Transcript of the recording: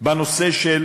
בנושא של